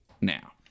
now